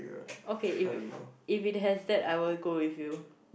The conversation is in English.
okay if if it has that I will go with you